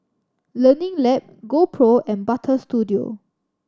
Learning Lab GoPro and Butter Studio